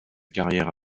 carrière